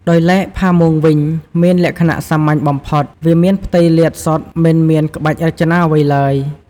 ដោយឡែកផាមួងវិញមានលក្ចណៈសាមញ្ញបំផុត វាមានផ្ទៃលាតសុទ្ធមិនមានក្បាច់រចនាអ្វីឡើយ។